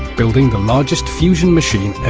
building the largest fusion machine